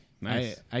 Nice